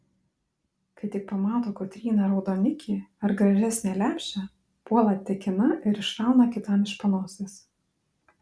kai tik pamato kotryna raudonikį ar gražesnę lepšę puola tekina ir išrauna kitam iš panosės